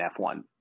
f1